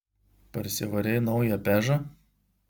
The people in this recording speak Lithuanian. parsivarei naują pežą